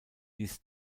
ließ